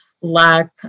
lack